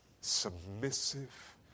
submissive